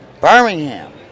Birmingham